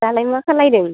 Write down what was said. दालाय मा खालायदों